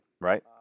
Right